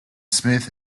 smith